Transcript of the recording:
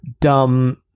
dumb